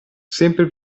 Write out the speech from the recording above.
sempre